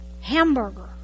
hamburger